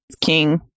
King